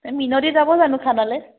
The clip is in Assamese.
এই মিনতি যাব জানো খানলে